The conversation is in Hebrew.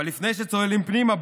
אבל לפני שצוללים פנימה,